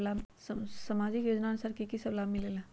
समाजिक योजनानुसार कि कि सब लाब मिलीला?